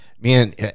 Man